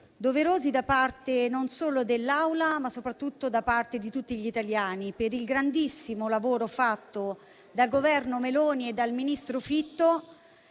doverosi da parte non solo dell'Assemblea, ma soprattutto di tutti gli italiani, per il grandissimo lavoro fatto dal Governo Meloni e dal ministro Fitto